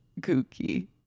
kooky